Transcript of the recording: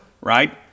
right